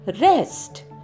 rest